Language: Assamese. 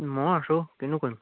মই আছোঁ কিনো কৰিম